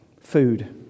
food